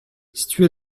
situé